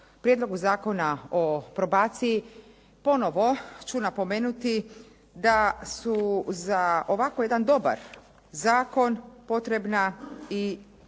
Prijedlogu zakona o probaciji ponovo ću napomenuti da su za ovako jedan dobar zakon potrebna i